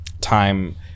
time